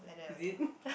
is it